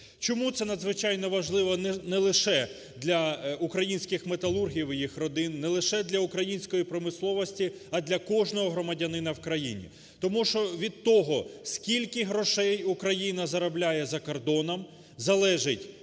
Чому це надзвичайно важливо, не лише для українських металургів, і їх родин, не лише для української промисловості, а для кожного громадянина в Україні. Тому що від того, скільки грошей Україна заробляє за кордоном, залежить,